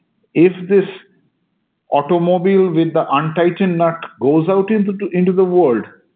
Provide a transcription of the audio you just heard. if this automobile with the untightened nut goes out into into the world,